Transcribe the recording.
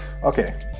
okay